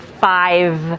five